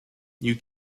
you